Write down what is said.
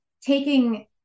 taking